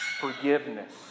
forgiveness